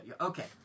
Okay